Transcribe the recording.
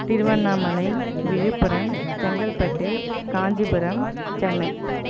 Tiruvannamalai Villupuram Chengalpattu Kanchipuram Chennai